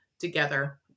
together